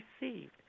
received